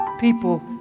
people